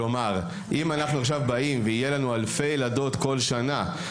כלומר אם אנחנו עכשיו באים ויהיו לנו אלפי ילדות כל שנה,